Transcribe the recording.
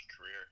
career